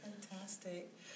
Fantastic